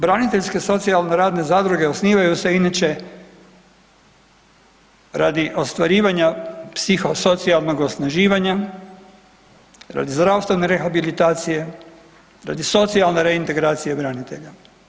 Braniteljske socijalne radne zadruge osnivaju se inače radi ostvarivanja psihosocijalnog osnaživanja, radi zdravstvene rehabilitacije, radi socijalne reintegracije branitelja.